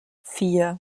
vier